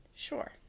Sure